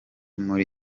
muri